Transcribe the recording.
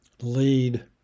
lead